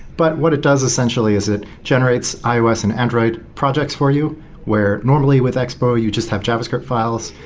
but what it does, essentially, is it generates ios and android projects for you where, normally, with expo, you just have javascript files.